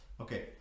Okay